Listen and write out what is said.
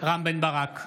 רם בן ברק,